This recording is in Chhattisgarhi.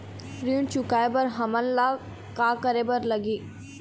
ऋण चुकाए बर हमन ला का करे बर लगही?